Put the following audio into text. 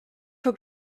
faut